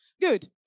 Good